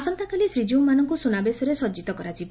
ଆସନ୍ତାକାଲି ଶ୍ରୀଜୀଉମାନଙ୍ଙ୍ ସୁନାବେଶରେ ସଜିତ କରାଯିବ